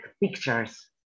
pictures